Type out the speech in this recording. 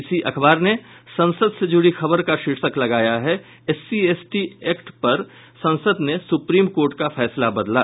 इसी अखबार ने संसद से जुड़ी खबर का शीर्षक लगाया है एससी एसटी एक्ट पर संसद ने सुप्रीम कोर्ट का फैसला बदला